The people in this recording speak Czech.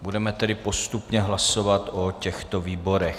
Budeme tedy postupně hlasovat o těchto výborech.